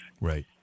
Right